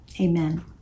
amen